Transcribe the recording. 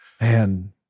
man